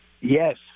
Yes